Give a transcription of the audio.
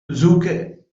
suche